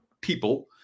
people